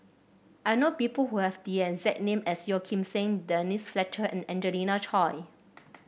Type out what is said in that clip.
I know people who have the exact name as Yeo Kim Seng Denise Fletcher and Angelina Choy